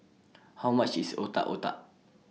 How much IS Otak Otak